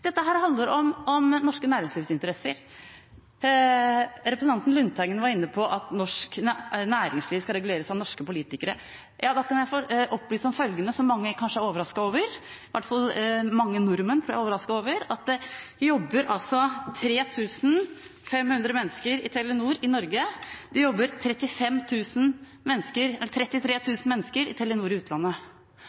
Dette handler om norske næringslivsinteresser. Representanten Lundteigen var inne på at norsk næringsliv skal reguleres av norske politikere. Ja, da kan jeg opplyse om noe som mange vil bli overrasket over, i hvert fall mange nordmenn, tror jeg, nemlig at det jobber 3 500 mennesker i Telenor i Norge, og det jobber 33 000 mennesker i Telenor i utlandet.